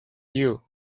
you